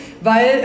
weil